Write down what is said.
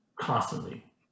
constantly